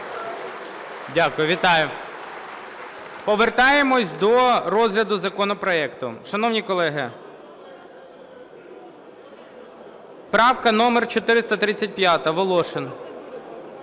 Дякую. Вітаю. Повертаємось до розгляду законопроекту. Шановні колеги, правка номер 435 Волошин.